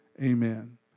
Amen